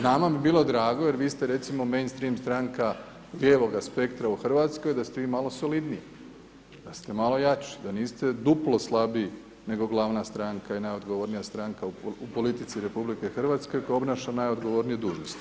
Nama bi bilo drago, jer vi ste recimo mainstream stranka lijevoga spektra u Hrvatskoj, da ste vi malo solidniji, da ste malo jači, da niste duplo slabiji nego glavna stranka i najodgovornija stranka u politici RH koja obnaša najodgovornije dužnosti.